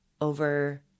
over